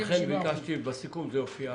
בסיכום זה יופיע.